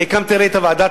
אני הרי הקמתי את ועדת-נאמן,